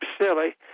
silly